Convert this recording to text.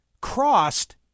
crossed